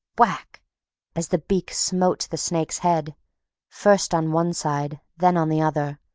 whack as the beak smote the snake's head first on one side, then on the other,